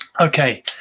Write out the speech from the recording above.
Okay